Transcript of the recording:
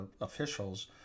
officials